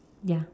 ya